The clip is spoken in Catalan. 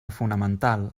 fonamental